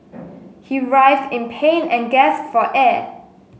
he writhed in pain and gasped for air